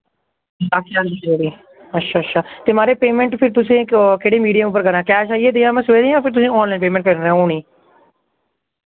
अच्छा अच्छा ते माराज पेमैंट फिर तुसें केह्ड़ी मीडियम उप्पर करां कैश आइयै दियां मैं सवेरे जां फिर तुसें आनलाइन पेमैंट करी ओड़ां हुन ही